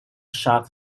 shark